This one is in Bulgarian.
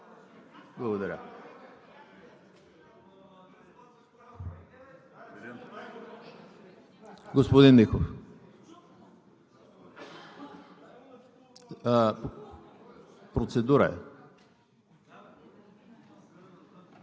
Благодаря. Господин Михов – процедура.